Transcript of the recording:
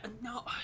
No